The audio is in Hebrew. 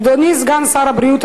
אדוני סגן שר הבריאות,